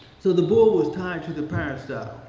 so the bull was tied to the peristyle,